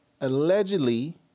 allegedly